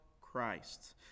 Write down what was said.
Christ